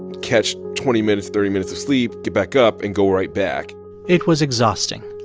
catch twenty minutes, thirty minutes of sleep, get back up and go right back it was exhausting.